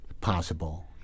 possible